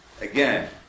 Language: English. again